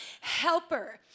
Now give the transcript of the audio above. helper